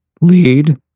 lead